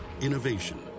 Innovation